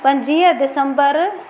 पंजवीह दिसम्बर